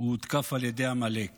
הוא הותקף על ידי עמלק